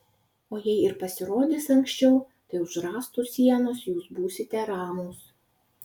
o jei ir pasirodys anksčiau tai už rąstų sienos jūs būsite ramūs